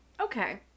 Okay